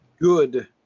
good